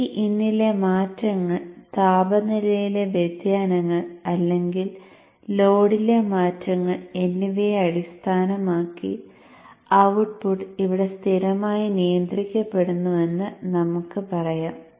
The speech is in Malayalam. Vin ലെ മാറ്റങ്ങൾ താപനിലയിലെ വ്യതിയാനങ്ങൾ അല്ലെങ്കിൽ ലോഡിലെ മാറ്റങ്ങൾ എന്നിവയെ അടിസ്ഥാനമാക്കി ഔട്ട്പുട്ട് ഇവിടെ സ്ഥിരമായി നിയന്ത്രിക്കപ്പെടുന്നുവെന്ന് നമുക്ക് പറയാം